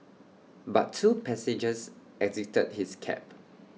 but two passengers exited his cab